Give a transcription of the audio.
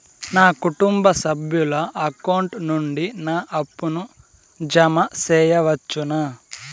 నా కుటుంబ సభ్యుల అకౌంట్ నుండి నా అప్పును జామ సెయవచ్చునా?